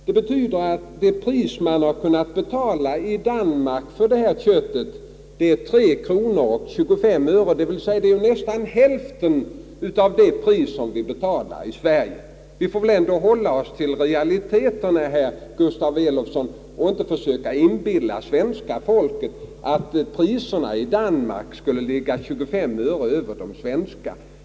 Det betyder att det pris man har kunnat betala i Danmark för det här köttet är 3:12, d. v. s. knappt hälften av det pris vi betalar i Sverige. Vi får väl ändå hålla oss till realiteter, herr Elofsson, och inte försöka inbilla svenska folket att priserna i Danmark skulle ligga 25 öre över de svenska.